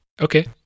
Okay